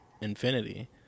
infinity